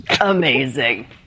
Amazing